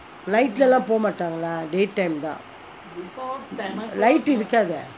night லே லாம் போ மாட்டாங்கே:lae laam po mattangae lah day time தான்:thaan light இருக்காது:irukkathu